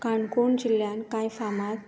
काणकोण जिल्ल्यांत कांय फामाद